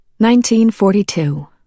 1942